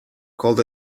called